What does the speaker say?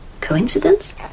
Coincidence